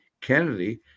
Kennedy